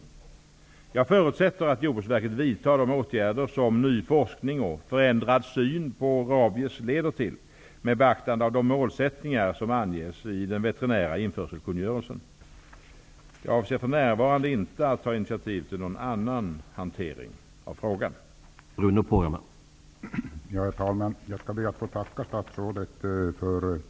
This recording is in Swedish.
Jag förutsätter att Jordbruksverket vidtar de åtgärder som ny forskning och förändrad syn på rabies leder till med beaktande av de målsättningar som anges i den veterinära införselkungörelsen. Jag avser för närvarande inte att ta initiativ till någon annan hantering av frågan.